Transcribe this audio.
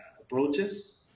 approaches